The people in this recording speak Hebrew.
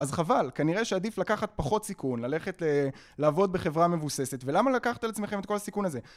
אז חבל, כנראה שעדיף לקחת פחות סיכון, ללכת לעבוד בחברה מבוססת ולמה לקחת על עצמכם את כל הסיכון הזה?